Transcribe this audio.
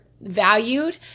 valued